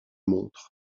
montre